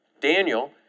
Daniel